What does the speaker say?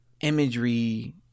imagery